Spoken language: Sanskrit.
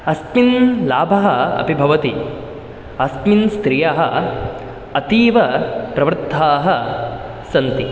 अस्मिन् लाभः अपि भवति अस्मिन् स्त्रियः अतीवप्रवृत्ताः सन्ति